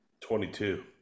22